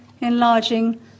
enlarging